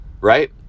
right